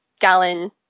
gallon